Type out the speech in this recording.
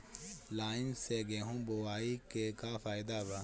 Line से गेहूं बोआई के का फायदा बा?